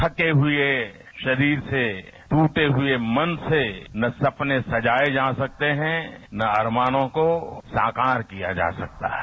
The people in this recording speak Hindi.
थके हुए शरीर से दूटे हुए मन से न सपने सजाये जा सकते है न अरमानों को साकार किया जा सकता है